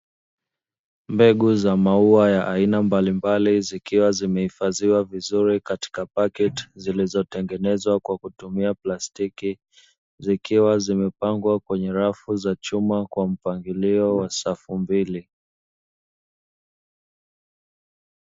Mbegu za maua ya aina mbalimbali zikiwa zimeifadhiwa vizuri katika pakiti zilizo tengenezwa kwa kutumia plastiki, zikiwa zimepangwa kwenye rafu za chuma kwa mpangilio wa safu mbili.